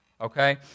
okay